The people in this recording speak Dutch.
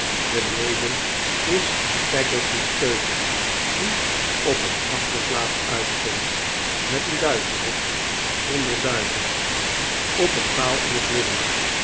beneden is peggotty's keuken die op een achterplaats uitkomt met een duivenhok zonder duiven op een paal in het midden